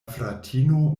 fratino